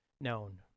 known